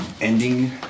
ending